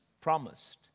promised